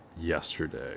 yesterday